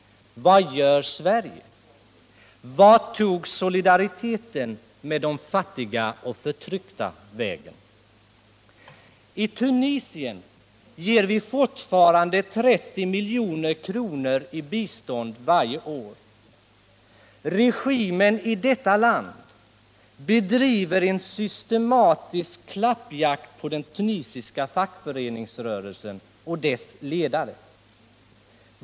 Vad gör Sverige? Vart tog solidariteten med de fattiga och förtryckta vägen? Till Tunisien ger vi fortfarande 30 milj.kr. i bistånd varje år. Regimen i detta land bedriver en systematisk klappjakt på den tunisiska fackföreningsrörelsen och dess ledare.